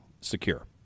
secure